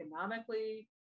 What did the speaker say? economically